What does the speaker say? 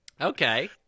okay